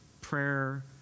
prayer